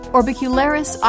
Orbicularis